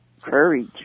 courage